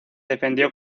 defendió